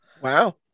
Wow